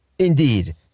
Indeed